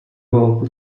local